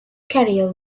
career